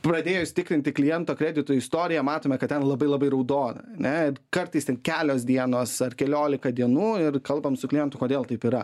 pradėjus tikrinti kliento kredito istoriją matome kad ten labai labai raudona ne ir kartais ten kelios dienos ar keliolika dienų ir kalbam su klientu kodėl taip yra